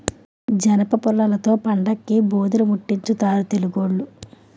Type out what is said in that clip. జనపుల్లలతో పండక్కి భోధీరిముట్టించుతారు తెలుగోళ్లు